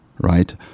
right